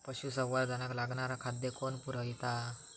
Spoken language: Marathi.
पशुसंवर्धनाक लागणारा खादय कोण पुरयता?